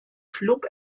klub